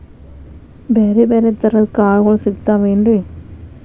ಬ್ಯಾರೆ ಬ್ಯಾರೆ ತರದ್ ಕಾಳಗೊಳು ಸಿಗತಾವೇನ್ರಿ?